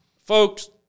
folks